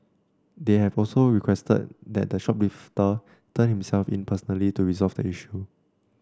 they have also requested that the shoplifter turn himself in personally to resolve the issue